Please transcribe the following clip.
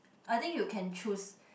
I think you can choose